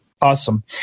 Awesome